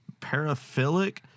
paraphilic